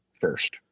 first